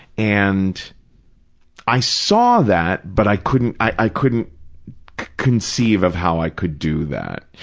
and i saw that but i couldn't, i i couldn't conceive of how i could do that.